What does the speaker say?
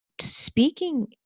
Speaking